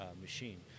machine